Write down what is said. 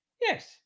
Yes